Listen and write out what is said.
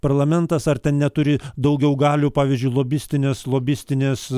parlamentas ar neturi daugiau galių pavyzdžiui lobistinės lobistinės